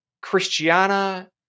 Christiana